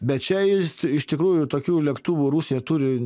bet čia jis iš tikrųjų tokių lėktuvų rusija turi